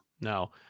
No